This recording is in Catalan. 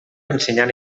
ensenyar